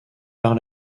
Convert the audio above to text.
par